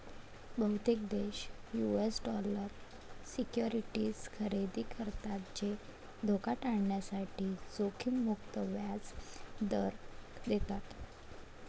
बहुतेक देश US dollar securities खरेदी करतात जे धोका टाळण्यासाठी जोखीम मुक्त व्याज दर देतात